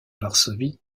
varsovie